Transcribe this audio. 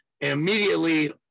immediately